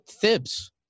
thibs